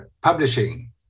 publishing